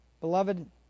Beloved